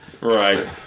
Right